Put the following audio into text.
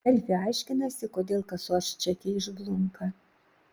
delfi aiškinasi kodėl kasos čekiai išblunka